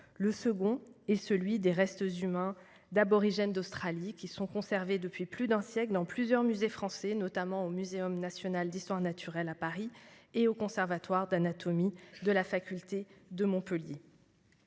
Le second exemple est celui des restes humains d'aborigènes d'Australie qui sont conservés depuis plus d'un siècle dans plusieurs musées français, notamment au Muséum national d'histoire naturelle, à Paris, et au conservatoire d'anatomie de la faculté de Montpellier.